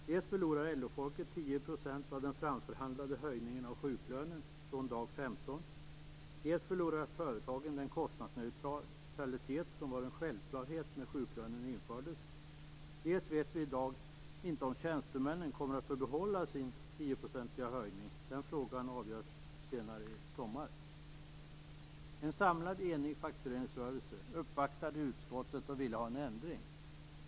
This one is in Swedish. Dels förlorar LO-folket 10 % av den framförhandlade höjningen av sjuklönen från dag 15, dels förlorar företagen den kostnadsneutralitet som var en självklarhet när sjuklönen infördes. Dessutom vet vi i dag inte om tjänstemännen kommer att få behålla sin 10-procentiga höjning. Den frågan avgörs senare i sommar. En samlad och enig fackföreningsrörelse uppvaktade utskottet och ville ha en ändring.